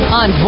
on